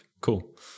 Cool